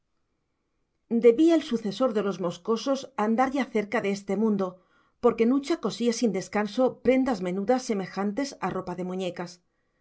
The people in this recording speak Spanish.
debía el sucesor de los moscosos andar ya cerca de este mundo porque nucha cosía sin descanso prendas menudas semejantes a ropa de muñecas